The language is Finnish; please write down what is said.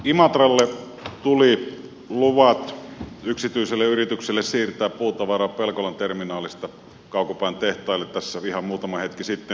imatralle tuli luvat yksityiselle yritykselle siirtää puutavaraa pelkolan terminaalista kaukopään tehtaille tässä ihan muutama hetki sitten